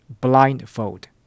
blindfold